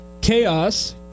Chaos